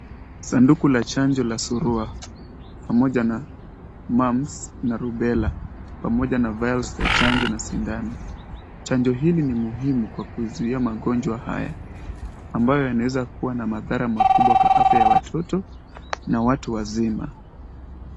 Sanduku la chanjo la surua pamoja na mumps na rubela pamoja na viles ya chanjo na sindano. Chanjo hili ni muhimu kwa kuzuia magonjwa haya ambayo yanaweza kuwa na madhara makubwa kwa afya ya watoto na watu wazima.